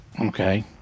Okay